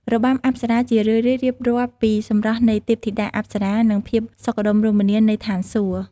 របាំអប្សរា ជារឿយៗរៀបរាប់ពីសម្រស់នៃទេពធីតាអប្សរា និងភាពសុខដុមរមនានៃឋានសួគ៌។